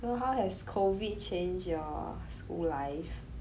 so how has COVID changed your school life